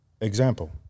example